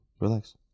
relax